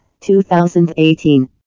2018